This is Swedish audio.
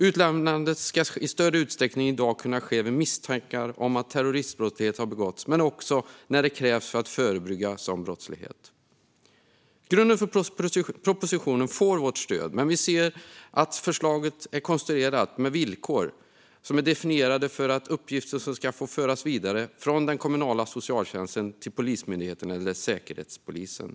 Utlämnande ska i större utsträckning kunna ske vid misstankar om att terroristbrottslighet har begåtts men också när det krävs för att förebygga sådan brottslighet". Grunden i propositionen får vårt stöd, men som förslaget är konstruerat ser vi att det finns villkor som är definierade för att uppgifter ska få föras vidare från den kommunala socialtjänsten till Polismyndigheten eller Säkerhetspolisen.